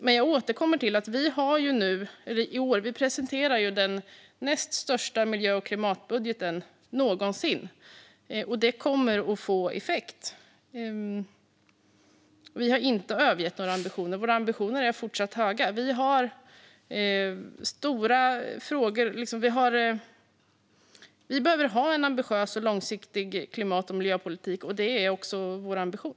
Men jag återkommer till att vi i år presenterar den näst största miljö och klimatbudgeten någonsin. Det kommer att få effekt. Vi har inte övergett några ambitioner, utan våra ambitioner är fortsatt höga. Vi har stora frågor, och vi behöver ha en ambitiös och långsiktig klimat och miljöpolitik. Det är också vår ambition.